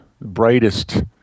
brightest